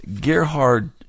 Gerhard